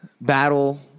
battle